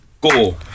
go